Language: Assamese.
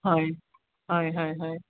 হয় হয় হয় হয়